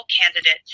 candidates